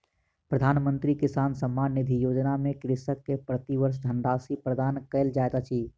प्रधानमंत्री किसान सम्मान निधि योजना में कृषक के प्रति वर्ष धनराशि प्रदान कयल जाइत अछि